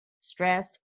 stressed